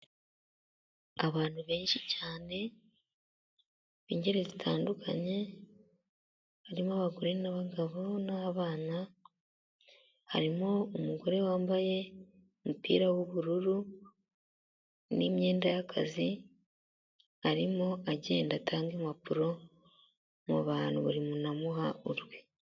Abantu benshi cyane, b'ingeri zitandukanye, harimo abagore n'abagabo n'abana, harimo umugore wambaye umupira w'ubururu, n'imyenda y'akazi. Arimo agenda atanga impapuro mu bantu, buri muntu amuha urwe.